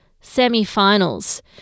semi-finals